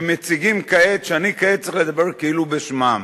שמציגים כעת, שאני כעת צריך לדבר כאילו בשמם.